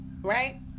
Right